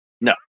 No